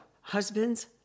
husbands